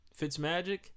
fitzmagic